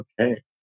okay